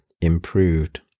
improved